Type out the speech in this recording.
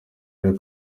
ari